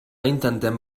intentem